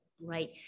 right